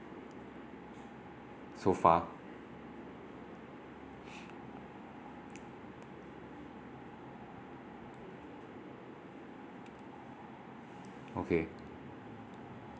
so far okay